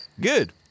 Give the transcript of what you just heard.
Good